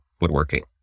woodworking